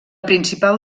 principal